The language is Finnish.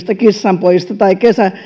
kissanpojista tai